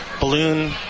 balloon